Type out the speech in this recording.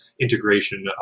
integration